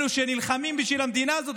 אלו שנלחמים בשביל המדינה הזאת,